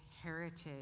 heritage